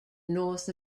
north